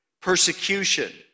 persecution